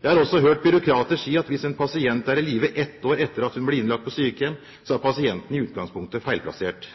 Jeg har også hørt byråkrater si at hvis en pasient er i live ett år etter at hun blir innlagt på sykehjem, er pasienten i utgangspunktet feilplassert.